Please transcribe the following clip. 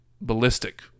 ballistic